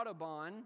Autobahn